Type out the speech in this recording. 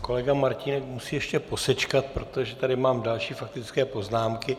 Kolega Martínek musí ještě posečkat, protože tady mám další faktické poznámky.